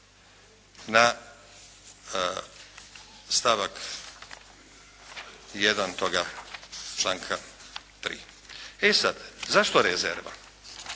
na stavak 1. toga članka 3. E sad, zašto rezerva?